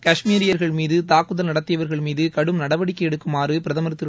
காஷ்மீரியர்கள் மீது தாக்குதல் நடத்தியவர்கள் மீது கடும் நடவடிக்கை எடுக்குமாறு பிரதம் திரு